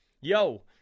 Yo